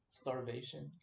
starvation